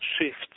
shifts